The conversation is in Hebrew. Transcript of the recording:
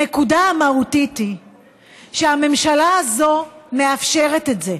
הנקודה המהותית היא שהממשלה הזו מאפשרת את זה,